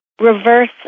reverse